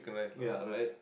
ya right